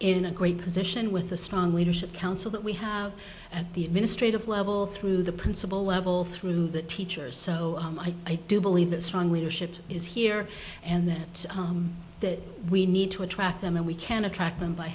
in a great position with a strong leadership council that we have at the administrative level through the principal levels through the teachers so i do believe that strong leadership is here and that we need to attract them and we can attract them by